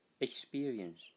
experience